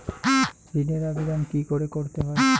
ঋণের আবেদন কি করে করতে হয়?